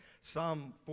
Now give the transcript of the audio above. Psalm